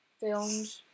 filmed